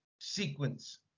sequence